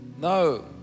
No